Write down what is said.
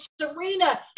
Serena